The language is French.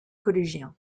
collégien